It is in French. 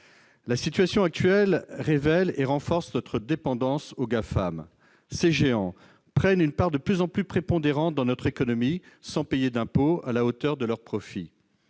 La situation actuelle révèle et renforce notre dépendance aux Gafam. Ces géants prennent une part de plus en plus prépondérante dans notre économie, sans payer d'impôts à la hauteur de leurs profits.